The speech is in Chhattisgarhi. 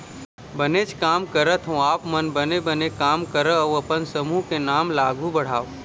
बनेच काम करत हँव आप मन बने बने काम करव अउ अपन समूह के नांव ल आघु बढ़ाव